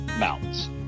mountains